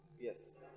yes